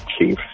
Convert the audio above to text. chief